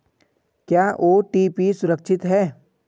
क्या ओ.टी.पी सुरक्षित है?